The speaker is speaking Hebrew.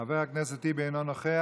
חבר הכנסת טיבי, אינו נוכח,